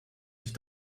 sich